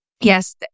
yes